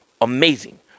amazing